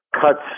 cuts